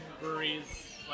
breweries